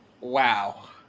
Wow